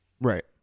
right